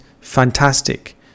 fantastic